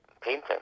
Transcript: painting